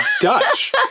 Dutch